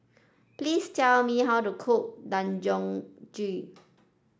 please tell me how to cook